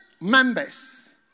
members